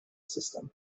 system